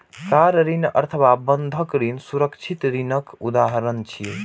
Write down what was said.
car ऋण अथवा बंधक ऋण सुरक्षित ऋणक उदाहरण छियै